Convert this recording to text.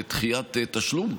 לדחיית תשלום,